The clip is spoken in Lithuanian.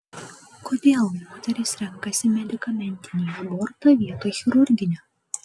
kodėl moterys renkasi medikamentinį abortą vietoj chirurginio